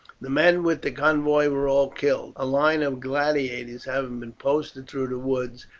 the men with the convoy were all killed, a line of gladiators having been posted through the woods,